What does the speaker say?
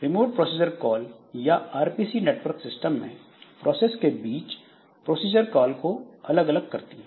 remote procedure call या RPC network system में processes के बीच प्रोसीजर कॉल को अलग करती है